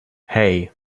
hey